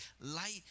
light